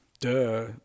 duh